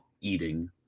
eating